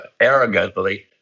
arrogantly